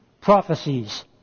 prophecies